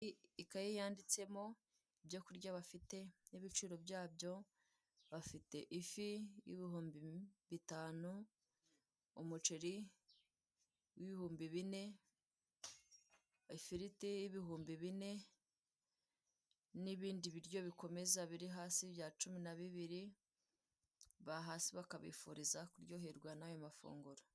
Ikaye yanditsemo ibyo kurya bafite n'ibiciro byabyo. Bafite; ifi y'ibihumbi bitanu, umuceri w'ibihumbi bine, ifiriti y'ibihumbi bine n'ibindi biryo bikomeza bikomeza biri hasi bya cumi na bibili. Bahasi bakabifuriza kuryoherwa n'ayo mafunguro.